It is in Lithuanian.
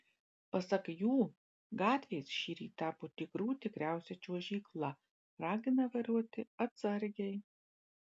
pasak jų gatvės šįryt tapo tikrų tikriausia čiuožykla ragina vairuoti atsargiai